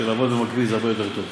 שלעבוד במקביל זה הרבה יותר טוב.